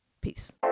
peace